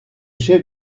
chefs